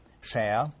share